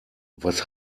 was